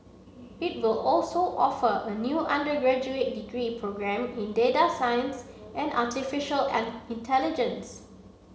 it will also offer a new undergraduate degree programme in data science and artificial an intelligence